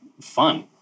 fun